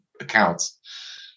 accounts